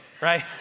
right